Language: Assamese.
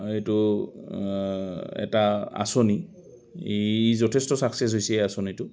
এইটো এটা আঁচনি এই ই যথেষ্ট চাকচেছ হৈছে এই আঁচনিটো